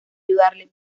ayudarle